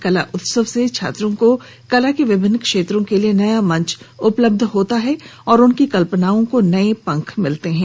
कला उत्सव से छात्रों को कला के विभिन्न क्षेत्रों के लिए एक नया मंच उपलब्ध होता है और उनकी कल्पनाओं को नए पंख मिलते हैं